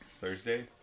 Thursday